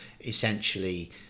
essentially